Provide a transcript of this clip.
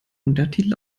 untertitel